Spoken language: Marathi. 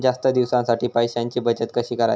जास्त दिवसांसाठी पैशांची बचत कशी करायची?